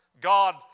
God